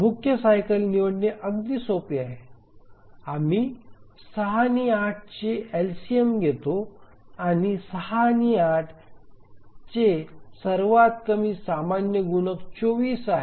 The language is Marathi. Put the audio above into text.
मुख्य सायकल निवडणे अगदी सोपे आहे आम्ही 6 आणि 8 चे एलसीएम घेतो आणि 6 आणि 8 चे सर्वात कमी सामान्य गुणक 24 आहे